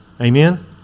Amen